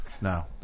No